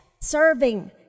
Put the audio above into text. serving